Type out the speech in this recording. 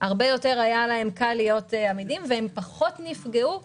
היה להם הרבה יותר קל להיות עמידים והם נפגעו פחות,